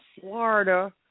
Florida